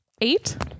Eight